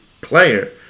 player